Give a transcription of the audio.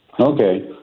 Okay